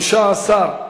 סעיפים 1 4 נתקבלו.